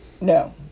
no